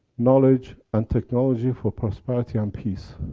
knowledge and technology for prosperity and peace.